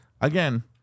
again